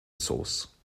source